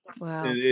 Wow